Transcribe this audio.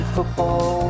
Football